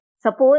suppose